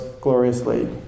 gloriously